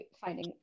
finding